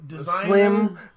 Slim